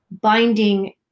binding